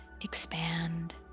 expand